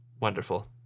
wonderful